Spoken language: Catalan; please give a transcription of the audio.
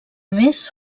més